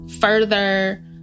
further